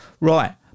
Right